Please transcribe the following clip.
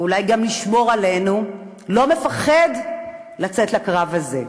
ואולי גם לשמור עלינו, לא מפחד לצאת לקרב הזה,